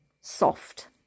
soft